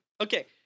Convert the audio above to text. Okay